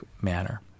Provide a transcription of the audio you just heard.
manner